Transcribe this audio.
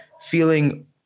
feeling